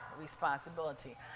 responsibility